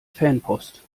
fanpost